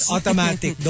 Automatic